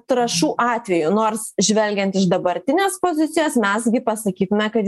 trąšų atveju nors žvelgiant iš dabartinės pozicijos mes gi pasakyt na kad